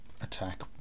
attack